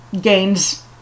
gains